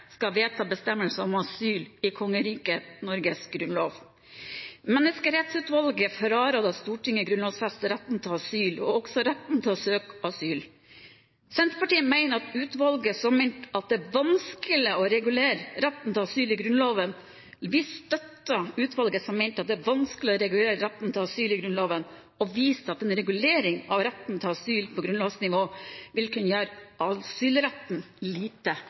skal vedta bestemmelser om asyl i Kongerikets Norges grunnlov. Menneskerettighetsutvalget frarådde at Stortinget grunnlovsfester retten til asyl og også retten til å søke om asyl. Senterpartiet støtter utvalget som mente at det er vanskelig å regulere retten til asyl i Grunnloven, og viser til at en regulering av retten til asyl på grunnlovsnivå vil kunne gjøre asylretten lite